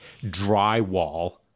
drywall